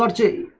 um to